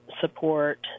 support